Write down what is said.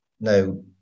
Now